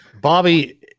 Bobby